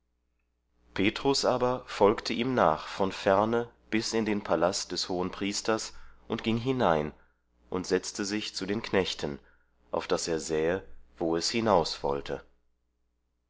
petrus aber folgte ihm nach von ferne bis in den palast des hohenpriesters und ging hinein und setzte sich zu den knechten auf daß er sähe wo es hinaus wollte